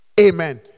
Amen